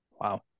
Wow